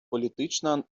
політична